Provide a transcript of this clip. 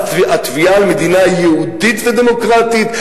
והתביעה למדינה יהודית ודמוקרטית,